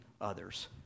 others